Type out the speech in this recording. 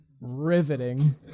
Riveting